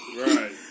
Right